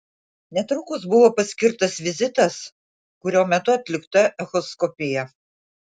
netrukus buvo paskirtas vizitas kurio metu atlikta echoskopija